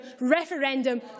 referendum